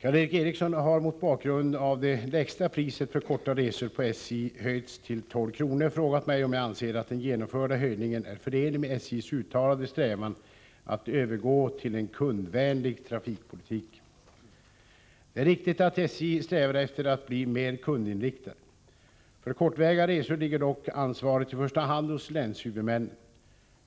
Karl Erik Eriksson har, mot bakgrund av att det lägsta priset för korta resor på SJ höjts till 12 kr., frågat mig om jag anser att den genomförda höjningen är förenlig med SJ:s uttalade strävan att övergå till en kundvänlig trafikpolitik. Det är riktigt att man på SJ strävar efter att bli mer kundinriktad. För kortväga resor ligger dock ansvaret i första hand hos länshuvudmännen.